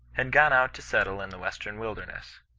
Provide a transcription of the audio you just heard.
had gone out to settle in the western wudemess.